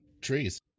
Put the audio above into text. Trees